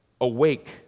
awake